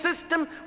system